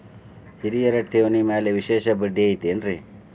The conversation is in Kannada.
ಹಿರಿಯರ ಠೇವಣಿ ಮ್ಯಾಲೆ ವಿಶೇಷ ಬಡ್ಡಿ ಐತೇನ್ರಿ?